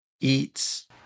eats